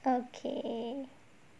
okay